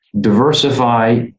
Diversify